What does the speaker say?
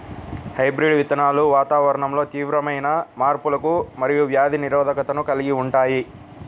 hybrid విత్తనాలు వాతావరణంలో తీవ్రమైన మార్పులకు మరియు వ్యాధి నిరోధకతను కలిగి ఉంటాయి